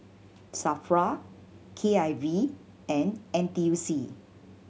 SAFRA K I V and N T U C